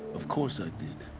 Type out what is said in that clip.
of course i did.